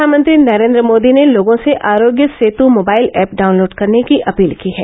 प्रधानमंत्री नरेंद्र मोदी ने लोगों से Aarogya Setu mobile app download करने की अपील की है